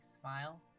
smile